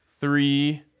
three